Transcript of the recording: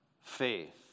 faith